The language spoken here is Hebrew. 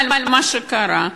אבל מה שקרה,